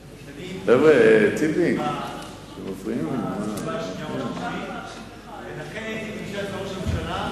התשובה השנייה או השלישית ולכן הייתי בפגישה אצל ראש הממשלה.